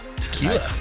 tequila